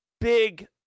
big